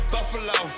Buffalo